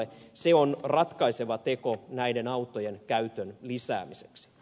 se on ratkaiseva teko näiden autojen käytön lisäämiseksi